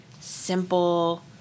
simple